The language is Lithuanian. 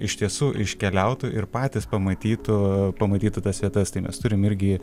iš tiesų iškeliautų ir patys pamatytų pamatytų tas vietas tai mes turim irgi